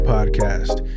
Podcast